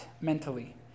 mentally